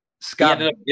Scott